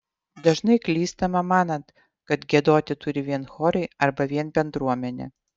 dažnai klystama manant kad giedoti turi vien chorai arba vien bendruomenė